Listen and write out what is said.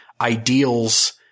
ideals